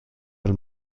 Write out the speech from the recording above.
del